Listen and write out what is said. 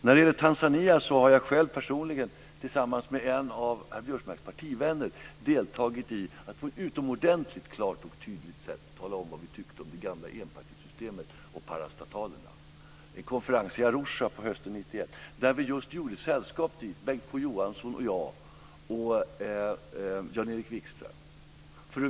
När det gäller Tanzania har jag personligen tillsammans med en av herr Biörsmarks partivänner deltagit i att på ett utomordentligt klart och tydligt sätt tala om vad vi tyckte om det gamla enpartisystemet och parastatalerna. Det var en konferens i Erik Wikström och jag gjorde sällskap dit.